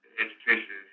education